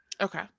Okay